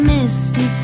Misty